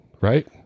right